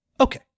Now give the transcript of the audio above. Okay